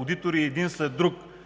одитори един след друг